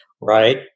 Right